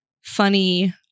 funny